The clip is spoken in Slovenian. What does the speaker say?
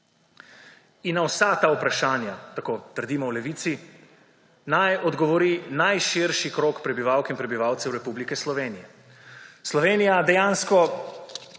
in na vsa ta vprašanja, tako trdimo v Levici, naj odgovori najširši krog prebivalk in prebivalcev Republike Slovenije. Slovenija dejansko